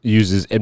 uses